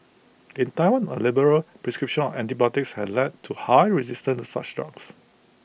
in Taiwan A liberal prescription of antibiotics has led to high resistance to such drugs